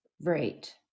right